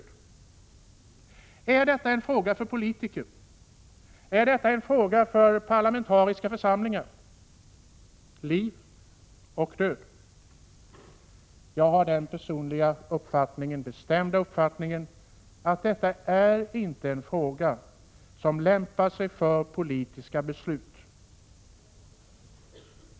Är frågan om liv och död en fråga för politiker? Är det en fråga för parlamentariska församlingar? Jag har den bestämda uppfattningen att detta inte är en fråga som lämpar sig för politiska beslut.